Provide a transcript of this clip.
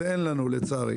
את זה אין לנו, לצערי.